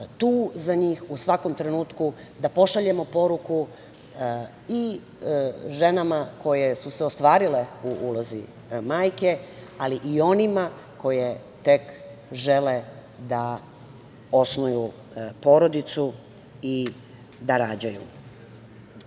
tu za njih u svakom trenutku, da pošaljemo poruku i ženama koje su se ostvarile u ulozi majke, ali i onima koje tek žele da osnuju porodicu i da rađaju.